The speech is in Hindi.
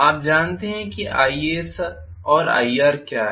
आप जानते हैं कि is और ir क्या है